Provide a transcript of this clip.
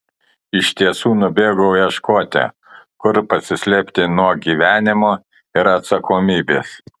iš tiesų nubėgau ieškoti kur pasislėpti nuo gyvenimo ir atsakomybės